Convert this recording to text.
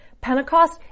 Pentecost